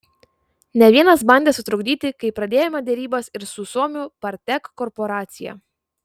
ne vienas bandė sutrukdyti kai pradėjome derybas ir su suomių partek korporacija